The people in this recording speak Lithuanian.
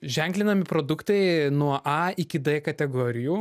ženklinami produktai nuo a iki d kategorijų